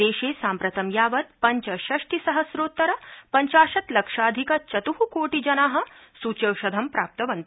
देशे साम्प्रतं यावत् पंचषष्टिसहस्रोत्तर पंचाशत् लक्षाधिकचत्ः कोटिजना सूच्यौषधं प्राप्तवन्त